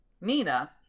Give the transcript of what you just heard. Nina